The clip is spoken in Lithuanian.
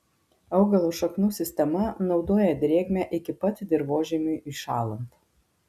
augalo šaknų sistema naudoja drėgmę iki pat dirvožemiui įšąlant